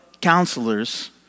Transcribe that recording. counselors